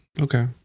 Okay